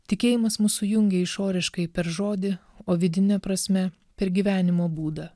tikėjimas mus sujungė išoriškai per žodį o vidine prasme per gyvenimo būdą